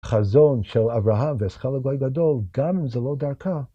חזון של אברהם ושכר הגבוהי גדול גם אם זה לא דרכה.